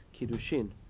kiddushin